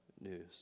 news